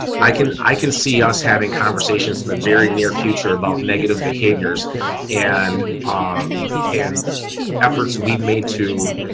i can, i can see us having conversations in the very near future about negative behaviors and and efforts, we've made to